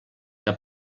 que